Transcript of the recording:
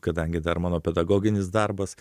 kadangi dar mano pedagoginis darbas